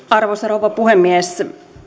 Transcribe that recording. arvoisa rouva puhemies